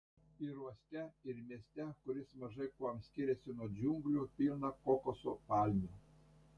ir uoste ir mieste kuris mažai kuom skiriasi nuo džiunglių pilna kokoso palmių